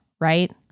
right